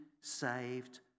saved